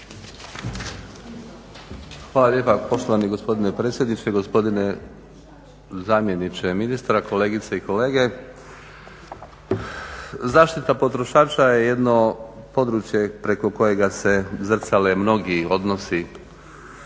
Hvala lijepa poštovani gospodine predsjedniče. Gospodine zamjeniče ministra, kolegice i kolege. Zaštita potrošača je jedno područje preko kojega se zrcale mnogi odnosi